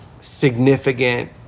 significant